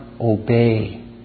obey